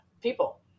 people